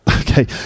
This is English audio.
okay